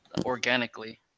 organically